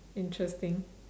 interesting